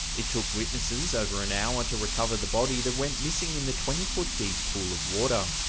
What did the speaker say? it took witnesses over an hour to recover the body that went missing in the twenty foot deep pool of water.